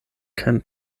kein